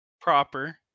proper